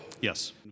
Yes